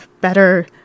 better